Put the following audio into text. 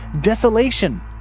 desolation